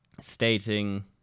stating